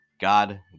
God